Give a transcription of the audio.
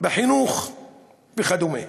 בחינוך וכדומה.